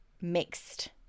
mixed